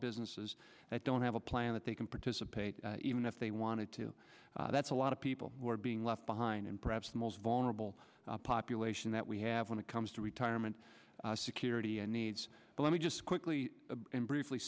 businesses that don't have a plan that they can participate even if they wanted to that's a lot of people who are being left behind in perhaps the most vulnerable population that we have when it comes to retirement security and needs let me just quickly and briefly